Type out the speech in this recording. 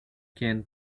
quien